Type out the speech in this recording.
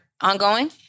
ongoing